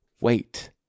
Wait